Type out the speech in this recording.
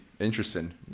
interesting